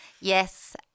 yes